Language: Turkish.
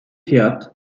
fiyat